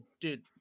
dude